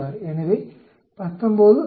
எனவே 19 53